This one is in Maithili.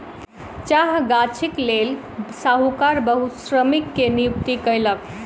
चाह गाछीक लेल साहूकार बहुत श्रमिक के नियुक्ति कयलक